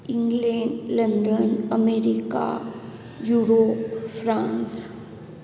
England London America Europe France